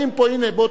באותה כנסת,